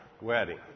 wedding